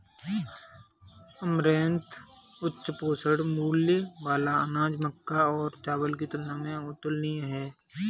amaranth उच्च पोषण मूल्य वाला अनाज मक्का और चावल की तुलना में तुलनीय है